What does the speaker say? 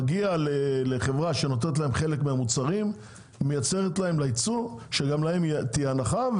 מגיע לחברה שמייצרת עבורם חלק מהמוצרים לייצוא שגם לה תהיה הנחה,